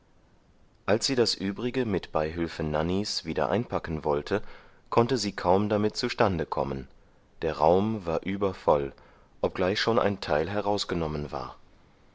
als sie das übrige mit beihülfe nannys wieder einpacken wollte konnte sie kaum damit zustande kommen der raum war übervoll obgleich schon ein teil herausgenommen war